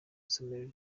isomero